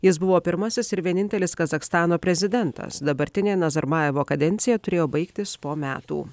jis buvo pirmasis ir vienintelis kazachstano prezidentas dabartinė nazarbajevo kadencija turėjo baigtis po metų